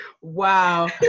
Wow